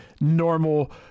normal